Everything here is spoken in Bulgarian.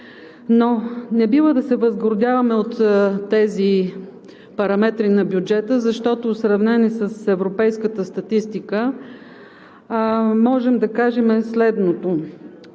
Не бива да се възгордяваме от тези параметри на бюджета, защото, сравнени с европейската статистика, можем да кажем следното.